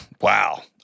wow